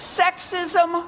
sexism